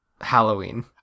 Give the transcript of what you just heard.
Halloween